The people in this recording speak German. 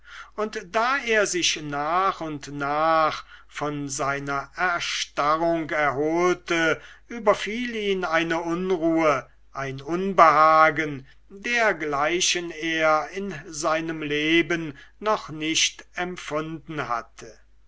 und da er sich nach und nach von seiner erstarrung erholte überfiel ihn eine unruhe ein unbehagen dergleichen er in seinem leben noch nicht empfunden hatte